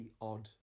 odd